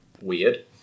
Weird